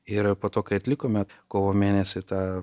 ir po to kai atlikome kovo mėnesį tą